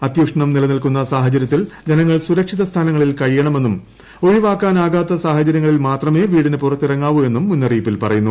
അത്യുഷ്ണം നിലനിൽക്കുന്ന സാഹചരൃത്തിൽ ജനങ്ങൾ സുരക്ഷിത സ്ഥാനങ്ങളിൽ കഴിയണമെന്നും ഒഴിവാക്കുന്നു്കാത്ത സാഹചര്യങ്ങളിൽ മാത്രമേ വീടിന് പുറത്തിറങ്ങാവൂ എന്നും മുന്നറിയിപ്പിൽ പറയുന്നു